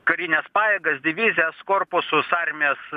karines pajėgas divizijas korpusus armijas